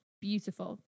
beautiful